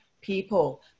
people